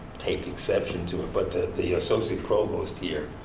take exception to it, but the associate provost here,